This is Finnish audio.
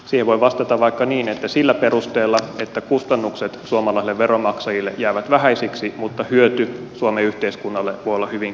siihen voi vastata vaikka niin että sillä perusteella että kustannukset suomalaisille veronmaksajille jäävät vähäisiksi mutta hyöty suomen yhteiskunnalle voi olla hyvinkin merkittävä